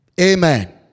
Amen